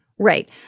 Right